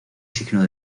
signo